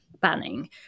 banning